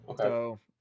okay